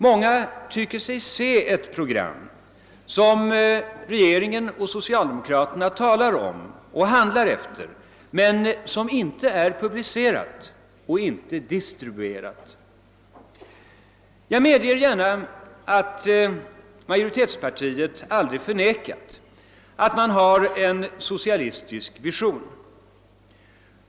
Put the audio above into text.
Många tycker sig se ett program som regeringen och socialdemokraterna talar om och handlar efter men som inte är publicerat och distribuerat. Jag medger gärna att majoritetspartiet aldrig förnekat att man har en socialistisk vision.